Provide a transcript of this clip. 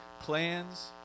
plans